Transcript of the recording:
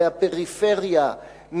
מהפריפריה,